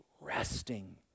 resting